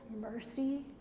mercy